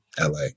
LA